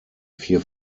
vier